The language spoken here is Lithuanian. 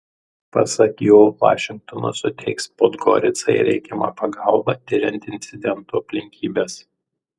pasak jo vašingtonas suteiks podgoricai reikiamą pagalbą tiriant incidento aplinkybes